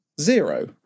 Zero